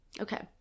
Okay